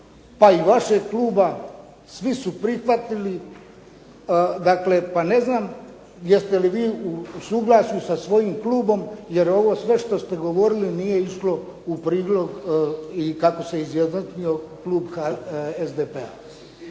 pa i vašeg kluba, svi su prihvatili. Dakle, ne znam jeste li vi u suglasju sa svojim klubom jer ovo sve što ste govorili nije išlo u prilog kako se izjasnio klub SDP-a.